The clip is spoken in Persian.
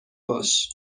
باش